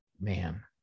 man